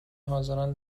حاضران